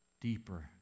deeper